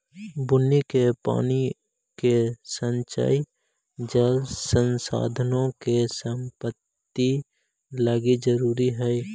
बुन्नी के पानी के संचय जल संसाधनों के संपूर्ति लागी जरूरी हई